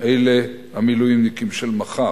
אלה המילואימניקים של מחר.